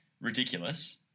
Ridiculous